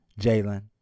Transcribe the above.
Jalen